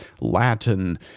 Latin